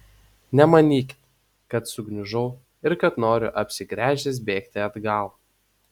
nemanykit kad sugniužau ir kad noriu apsigręžęs bėgti atgal